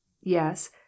yes